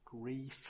grief